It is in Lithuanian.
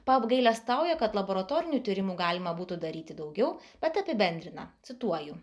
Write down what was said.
paapgailestauja kad laboratorinių tyrimų galima būtų daryti daugiau bet apibendrina cituoju